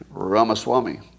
Ramaswamy